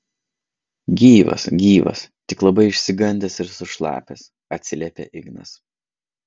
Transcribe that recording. gyvas gyvas tik labai išsigandęs ir sušlapęs atsiliepia ignas